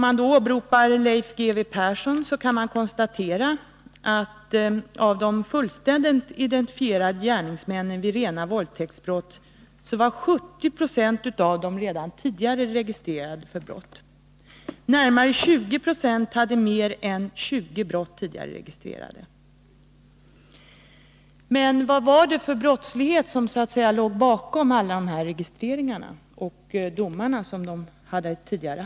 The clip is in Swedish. Jag åberopar Leif G. W. Perssons undersökningar och konstaterar att 70 20 av de fullständigt identifierade gärningsmännen vid rena våldtäktsbrott redan tidigare var registrerade för brott. Närmare 20 9o hade mer än 20 brott tidigare registrerade. Vad var det för brottslighet som låg bakom alla de tidigare registreringarna och domarna?